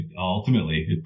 ultimately